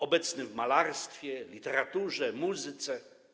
Obecny w malarstwie, literaturze, muzyce.